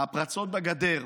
הפרצות בגדר,